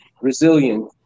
resilient